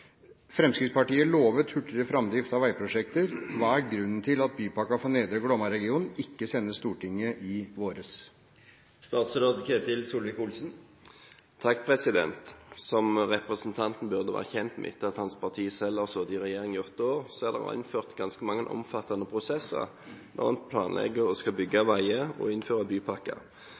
Fremskrittspartiet har lovet hurtigere framdrift av veiprosjekter. Hva er grunnen til at bypakka for Nedre Glomma-regionen ikke sendes Stortinget denne våren?» Som representanten burde være kjent med etter at hans parti selv har sittet i regjering i åtte år, er det innført ganske mange omfattende prosesser når en planlegger å bygge veier og innføre bypakker.